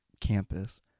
campus